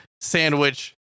sandwich